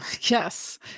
Yes